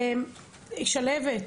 שלהבת.